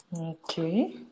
Okay